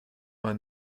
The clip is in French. vingt